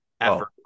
effort